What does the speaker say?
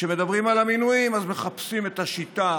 וכשמדברים על המינויים אז מחפשים את השיטה